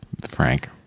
Frank